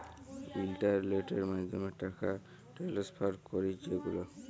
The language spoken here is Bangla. ইলটারলেটের মাধ্যমে টাকা টেনেসফার ক্যরি যে গুলা